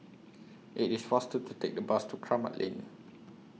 IT IS faster to Take The Bus to Kramat Lane